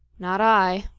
not i.